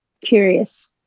curious